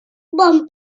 bon